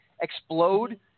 explode